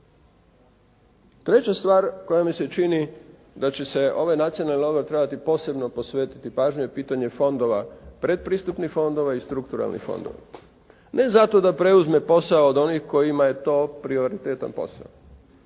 Treća stvar koja mi se čini da će se ovaj Nacionalni odbor trebati posebno posvetiti pažnju je pitanje fondova, pretpristupnih fondova i strukturalnih fondova. Ne zato da preuzme posao od onih kojima je to prioritetan posao,